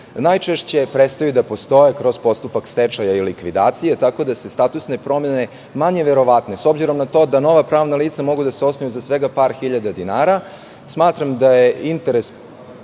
najčešće prestaju da postoje kroz postupak stečaja i likvidacije, tako da su statusne promene manje verovatne. S obzirom na to da nova pravna lica mogu da se osnuju za svega par hiljada dinara, smatram da je interes